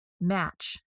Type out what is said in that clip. match